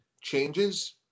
changes